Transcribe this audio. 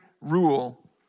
rule